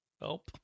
Help